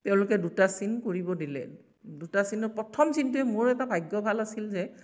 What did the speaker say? তেওঁলোকে দুটা চিন কৰিব দিলে দুটা চিনৰ প্ৰথম চিনটোৱে মোৰ এটা ভাগ্য় ভাল আছিল যে